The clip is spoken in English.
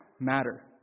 matter